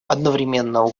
одновременно